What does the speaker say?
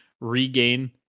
regain